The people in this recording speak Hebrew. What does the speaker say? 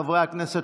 חברי הכנסת,